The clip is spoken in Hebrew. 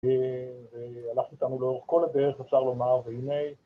והלכת איתנו לאורך כל הדרך, אפשר לומר, והנה...